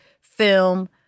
film